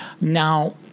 Now